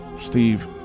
Steve